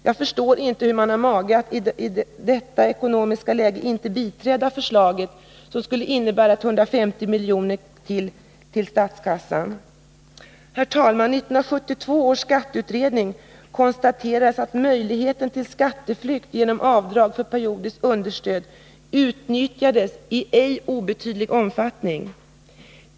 Jag förstår inte att man i detta ekonomiska läge har mage att inte biträda förslag som skulle innebära 150 miljoner per år till statskassan. Herr talman! 1972 års skatteutredning konstaterade att möjligheterna till skatteflykt genom avdrag för periodiskt understöd utnyttjades i ej obetydlig omfattning.